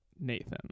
Nathan